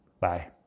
Bye